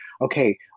okay